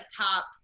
top